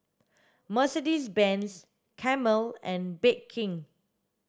Mercedes Benz Camel and Bake King